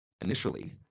initially